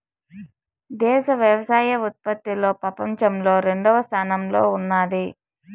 దేశం వ్యవసాయ ఉత్పత్తిలో పపంచంలో రెండవ స్థానంలో ఉన్నాది